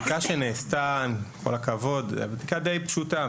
הבדיקה שנעשתה, עם כל הכבוד, בדיקה די פשוטה.